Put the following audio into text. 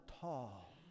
tall